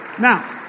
Now